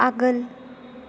आगोल